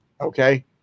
okay